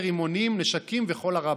לא מתחבר לרימונים, נשקים וכל הרבאק.